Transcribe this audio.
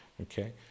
okay